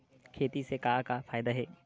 खेती से का का फ़ायदा हे?